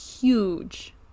huge